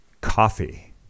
coffee